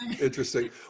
Interesting